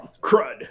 crud